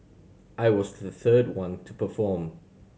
I was the third one to perform